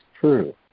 true